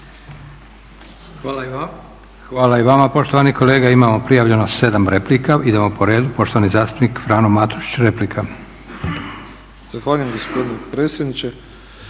Josip (SDP)** Hvala i vama poštovani kolega. Imamo prijavljeno 7 replika, idemo po redu. Poštovani zastupnik Frano Matušić, replika. **Matušić, Frano